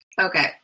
Okay